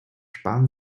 sparen